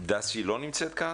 לא נמצאת כאן.